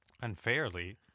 unfairly